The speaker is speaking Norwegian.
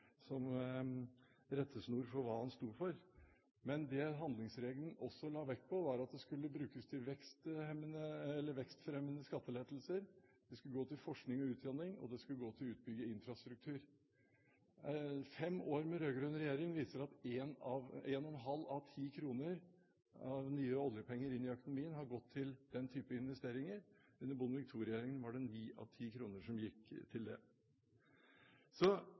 som rettesnor for hva han sto for. Men det handlingsregelen også la vekt på, var at oljepengene skulle brukes til vekstfremmende tiltak som skattelettelser, de skulle gå til forskning og utdanning, og de skulle gå til å utbygge infrastruktur. Fem år med rød-grønn regjering viser at en og en halv av ti nye oljekroner inn i økonomien har gått til den typen investeringer. Under Bondevik II-regjeringen var det ni av ti kroner som gikk til det.